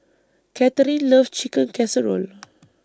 Kathryne loves Chicken Casserole